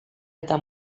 eta